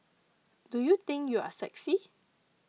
do you think you are sexy